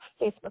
facebook